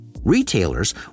Retailers